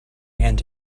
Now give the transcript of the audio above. and